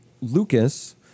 Lucas